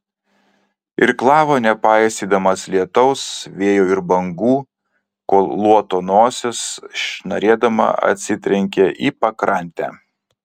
irklavo nepaisydamas lietaus vėjo ir bangų kol luoto nosis šnarėdama atsitrenkė į pakrantę